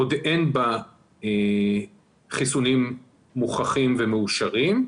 עוד אין בה חיסונים מוכחים ומאושרים,